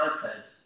content